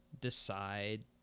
decide